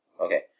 Okay